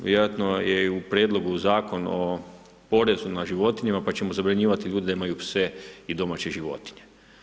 Vjerojatno je i u prijedlogu Zakona o porezu na životinje, pa ćemo zabranjivati ljudima da imaju pse i domaće životinje.